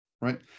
right